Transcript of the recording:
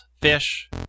fish